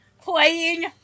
playing